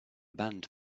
band